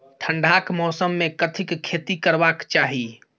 ठंडाक मौसम मे कथिक खेती करबाक चाही?